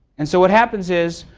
and so what happens is,